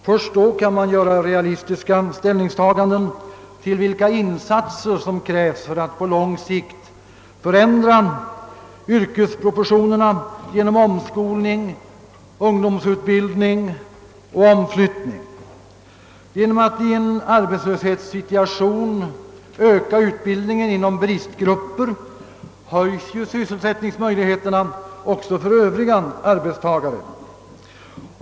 Först därefter kan man realistiskt bedöma frå gan om vilka insatser som krävs för att på lång sikt ändra yrkesproportionerna genom omskolning, ungdomsutbildning och omflyttning. Genom att i en arbetslöshetssituation öka utbildningen inom bristgrupperna höjes sysselsättningsmöjligheterna också för övriga arbetstagare.